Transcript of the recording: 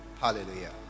hallelujah